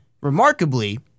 remarkably